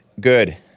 good